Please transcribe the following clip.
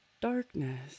Darkness